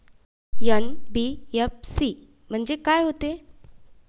NBFC म्हणजे का होते?